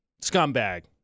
scumbag